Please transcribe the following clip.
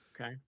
Okay